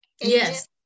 Yes